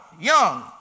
young